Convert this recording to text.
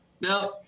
Now